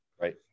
right